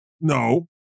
No